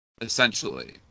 Essentially